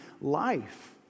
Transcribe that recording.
life